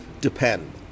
depend